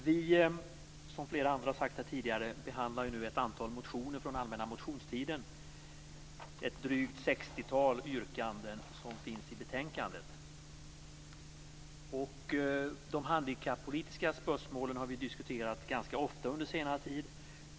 Fru talman! Som flera andra har sagt här behandlar vi nu ett antal motioner från den allmänna motionstiden. Det finns ett drygt sextiotal yrkanden i betänkandet. De handikappolitiska spörsmålen har vi diskuterat ganska ofta under senare tid.